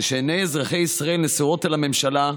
כשעיני אזרחי ישראל נשואות אל הממשלה,